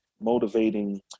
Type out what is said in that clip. motivating